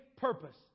purpose